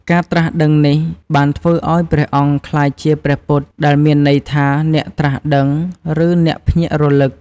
ការត្រាស់ដឹងនេះបានធ្វើឱ្យព្រះអង្គក្លាយជា ព្រះពុទ្ធ ដែលមានន័យថា "អ្នកត្រាស់ដឹង" ឬ "អ្នកភ្ញាក់រលឹក"។